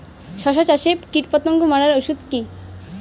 শসা চাষে কীটপতঙ্গ মারার ওষুধ কি?